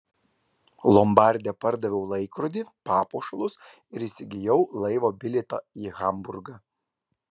lombarde pardaviau laikrodį papuošalus ir įsigijau laivo bilietą į hamburgą